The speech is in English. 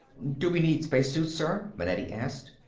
do we need spacesuits, sir? manetti asked.